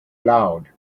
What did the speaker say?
loud